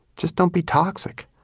just don't be toxic